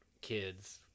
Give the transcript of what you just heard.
kids